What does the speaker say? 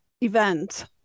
event